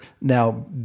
Now